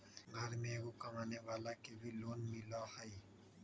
घर में एगो कमानेवाला के भी लोन मिलहई?